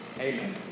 Amen